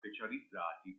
specializzati